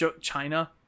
china